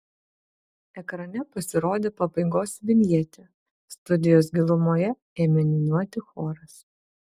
ekrane pasirodė pabaigos vinjetė studijos gilumoje ėmė niūniuoti choras